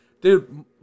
Dude